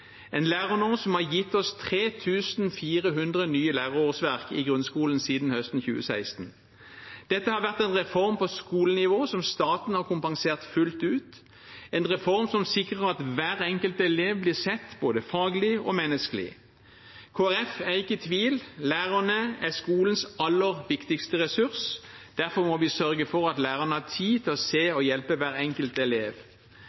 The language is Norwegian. en lærernorm som har gitt oss 3 400 nye lærerårsverk i grunnskolen siden høsten 2016. Dette har vært en reform på skolenivå, som staten har kompensert fullt ut, en reform som sikrer at hver enkelt elev blir sett både faglig og menneskelig. Kristelig Folkeparti er ikke i tvil: Lærerne er skolens aller viktigste ressurs. Derfor må vi sørge for at lærerne har tid til å se og hjelpe hver enkelt elev.